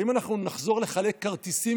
האם אנחנו נחזור לחלק כרטיסים,